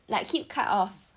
like keep cut off